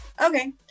Okay